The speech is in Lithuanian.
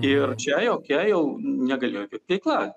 ir čia jokia jau negalėjo vykt veikla